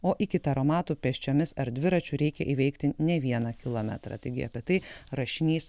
o iki taromatų pėsčiomis ar dviračiu reikia įveikti ne vieną kilometrą taigi apie tai rašinys